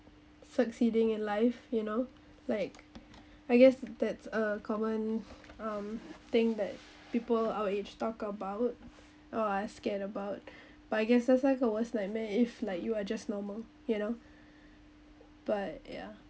succeeding in life you know like I guess that's a common um thing that people our age talk about or I scared about but I guess that's like a worst nightmare if like you are just normal you know but ya